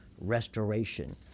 restoration